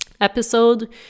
episode